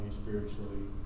spiritually